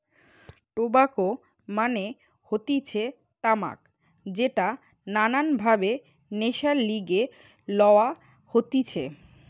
tobacco মানে হতিছে তামাক যেটা নানান ভাবে নেশার লিগে লওয়া হতিছে